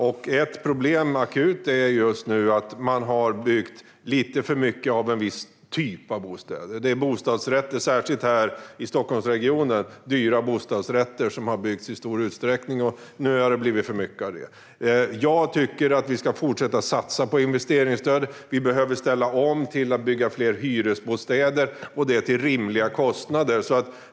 Ett akut problem just nu är att man har byggt lite för mycket av en viss typ av bostäder. Det är i stor utsträckning dyra bostadsrätter som har byggts, särskilt här i Stockholmsregionen. Nu har det blivit för mycket av det. Jag tycker att vi ska fortsätta satsa på investeringsstöd. Vi behöver ställa om till att bygga fler hyresbostäder till rimliga kostnader.